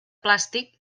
plàstic